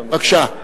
בבקשה.